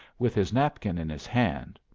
with his napkin in his hand.